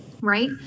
right